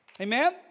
Amen